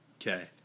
Okay